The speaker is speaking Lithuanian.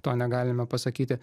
to negalime pasakyti